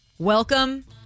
Welcome